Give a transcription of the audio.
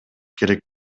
керек